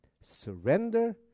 Surrender